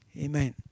Amen